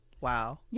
wow